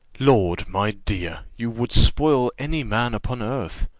lord, my dear, you would spoil any man upon earth.